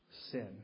Sin